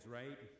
right